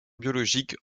biologique